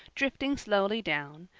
drifting slowly down,